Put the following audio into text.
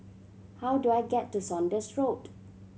how do I get to Saunders Road